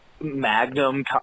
Magnum